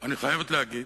"אני חייבת להגיד